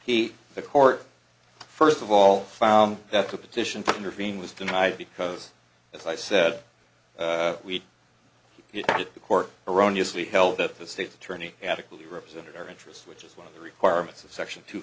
he the court first of all found that the petition for intervene was denied because as i said we the court erroneous we held that the state's attorney adequately represented our interests which is one of the requirements of section t